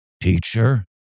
teacher